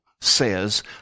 says